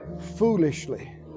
foolishly